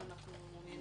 אנחנו מעוניינים